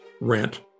rent